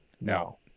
No